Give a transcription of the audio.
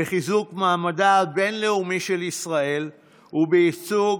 בחיזוק מעמדה הבין-לאומי של ישראל ובייצוג